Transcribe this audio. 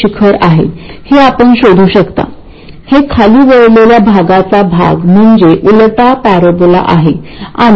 gm करिता तफावत का कमी आहे याचा अर्थबोध होईल